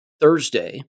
Thursday